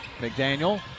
McDaniel